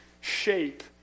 shape